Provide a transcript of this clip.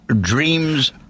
Dreams